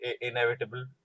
inevitable